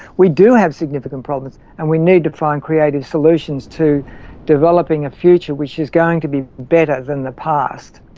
we do have significant problems and we need to find creative solutions to developing a future which is going to be better than the past.